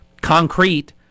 Concrete